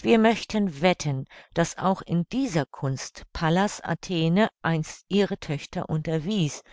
wir möchten wetten daß auch in dieser kunst pallas athene einst ihre töchter unterwies